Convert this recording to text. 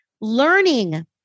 learning